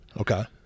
Okay